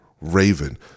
raven